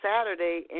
Saturday